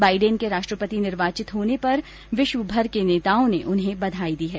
Biden के राष्ट्रपति निर्वाचित होने पर विश्वभर के नेताओं ने उन्हें बधाई दी है